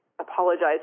apologize